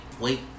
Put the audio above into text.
wait